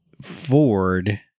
Ford